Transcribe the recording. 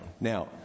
now